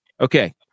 okay